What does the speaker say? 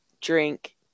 drink